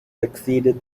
succeeded